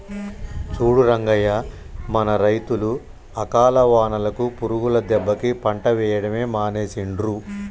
చూడు రంగయ్య మన రైతులు అకాల వానలకు పురుగుల దెబ్బకి పంట వేయడమే మానేసిండ్రు